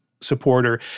supporter